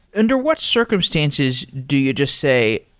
under what circumstances do you just say,